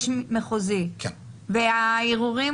והערעורים